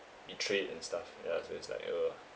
betrayed and stuff ya so it's like a